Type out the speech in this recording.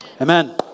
Amen